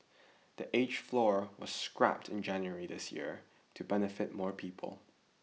the age floor was scrapped in January this year to benefit more people